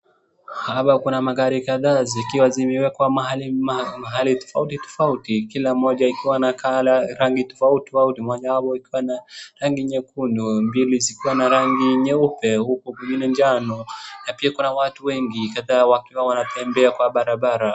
Hapa kuna magari kadhaa zikiwa zimewekwa mahali mahali tofauti tofauti. Kila mmoja ikiwa na color rangi tofauti tofauti mmoja hapo ikiwa na rangi nyekundu, mbili zikiwa na rangi nyeupe huku mwingine njano. Na pia kuna watu wengi kadhaa wakiwa wanatembea kwa barabara.